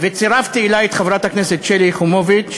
וצירפתי אלי את חברת הכנסת שלי יחימוביץ,